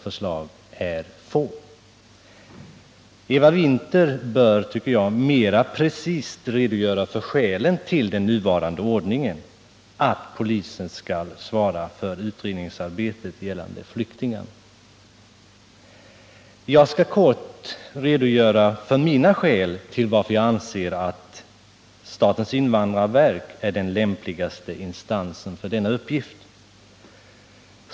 Jag tycker att Eva Winther mera precist bör redogöra för motiven till den nuvarande ordningen att polisen skall svara för utredningsarbetet gällande flyktingar. Jag skall kort redogöra för skälen till att jag anser att statens invandrarverk är den lämpligaste instansen för denna uppgift.